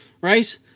right